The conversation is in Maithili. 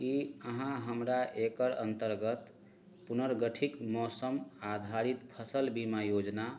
की अहाँ हमरा एकर अन्तर्गत पुनर्गठित मौसम आधारित फसल बीमा योजना